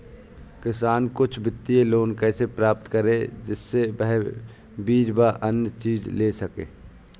किसान कुछ वित्तीय लोन कैसे प्राप्त करें जिससे वह बीज व अन्य चीज ले सके?